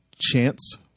chance